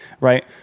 right